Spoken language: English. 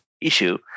issue